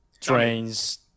trains